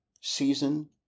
season